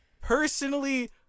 personally